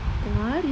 tengah hari